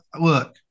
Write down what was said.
look